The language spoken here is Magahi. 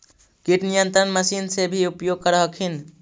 किट नियन्त्रण मशिन से भी उपयोग कर हखिन?